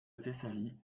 thessalie